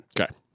Okay